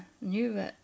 new